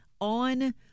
on